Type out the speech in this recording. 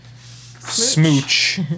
smooch